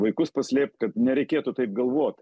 vaikus paslėpt kad nereikėtų taip galvot